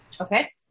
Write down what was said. Okay